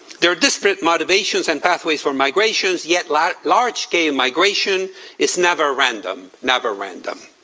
there are desperate motivations and pathways for migrations, yet like large-scale migration is never random never random.